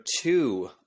two